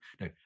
No